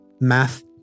math